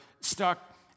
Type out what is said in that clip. stuck